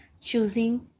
choosing